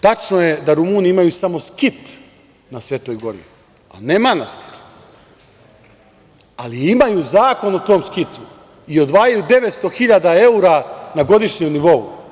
Tačno je da Rumuni imaju samo skit na Svetoj Gori, ne manastir, ali imaju zakon o tom skitu i odvajaju 900.000 evra na godišnjem nivou.